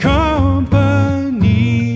company